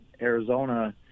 Arizona